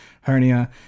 hernia